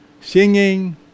Singing